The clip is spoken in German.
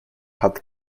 hat